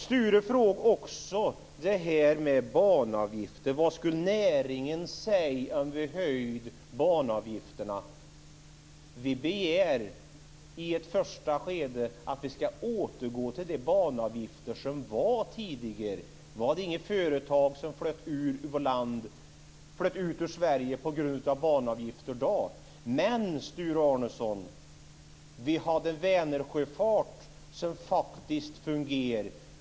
Sture Arnesson frågar också vad näringen skulle säga om vi höjde banavgifterna. Vi begär i ett första skede en återgång till de banavgifter som var tidigare. Då var det inget företag som flöt ut ur Sverige på grund av banavgifterna. Men, Sture Arnesson, vi hade en Vänersjöfart som faktiskt fungerade.